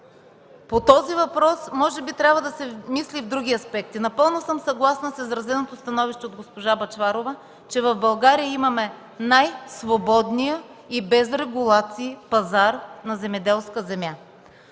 по този въпрос може би трябва да се мисли и в други аспекти. Напълно съм съгласна с изразеното становище от госпожа Бъчварова, че в България имаме най-свободния и без регулации пазар на земеделска земя.